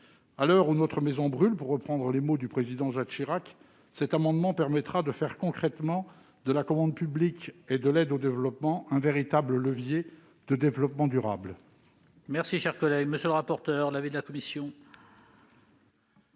À l'heure où « notre maison brûle », pour reprendre les mots du président Chirac, cette mesure permettra de faire concrètement de la commande publique et de l'aide au développement de véritables leviers de développement durable.